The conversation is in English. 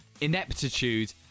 ineptitude